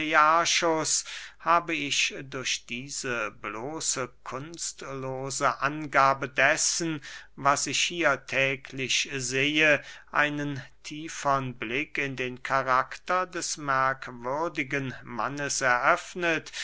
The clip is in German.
habe ich durch diese bloße kunstlose angabe dessen was ich hier täglich sehe einen tiefern blick in den karakter des merkwürdigen mannes eröffnet